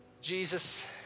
Jesus